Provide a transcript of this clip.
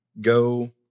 Go